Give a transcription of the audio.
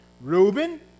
Reuben